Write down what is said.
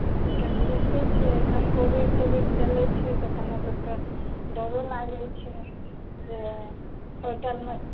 किआ तऽ बुझितै छियै अखन कोविड तोविड चलैत छै तऽ कनि लोककेँ डरो लागैत छै जे होटलमे